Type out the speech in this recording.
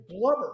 blubber